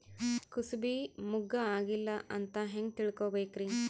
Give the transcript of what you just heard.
ಕೂಸಬಿ ಮುಗ್ಗ ಆಗಿಲ್ಲಾ ಅಂತ ಹೆಂಗ್ ತಿಳಕೋಬೇಕ್ರಿ?